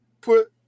put